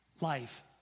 life